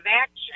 action